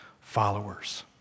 followers